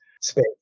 space